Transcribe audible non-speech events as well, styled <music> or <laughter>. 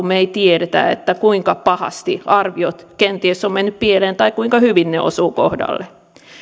<unintelligible> me emme tiedä kuinka pahasti arviot kenties ovat menneet pieleen tai kuinka hyvin ne osuvat kohdalleen